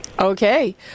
Okay